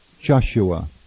Joshua